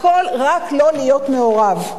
הכול רק לא להיות מעורב.